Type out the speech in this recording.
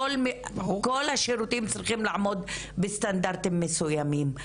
כל השירותים צריכים לעמוד בסטנדרטים מסוימים,